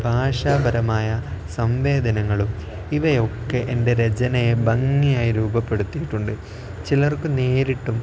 ഭാഷാപരമായ സംവേദനങ്ങളും ഇവയൊക്കെ എൻ്റെ രചനയെ ഭംഗിയായി രൂപപ്പെടുത്തിയിട്ടുണ്ട് ചിലർക്ക് നേരിട്ടും